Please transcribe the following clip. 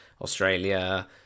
Australia